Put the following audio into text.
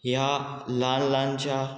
ह्या ल्हान ल्हानश्या